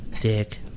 Dick